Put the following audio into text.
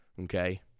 Okay